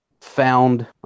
found